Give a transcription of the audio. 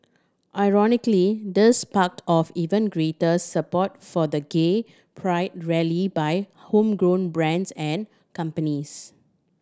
ironically this sparked off even greater support for the gay pride rally by homegrown brands and companies